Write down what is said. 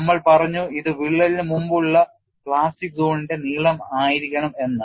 നമ്മൾ പറഞ്ഞു ഇത് വിള്ളലിന് മുമ്പുള്ള പ്ലാസ്റ്റിക് സോണിന്റെ നീളമായിരിക്കണം എന്ന്